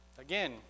Again